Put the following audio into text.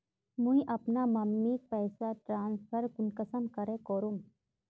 मुई अपना मम्मीक पैसा ट्रांसफर कुंसम करे करूम?